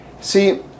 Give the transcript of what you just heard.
See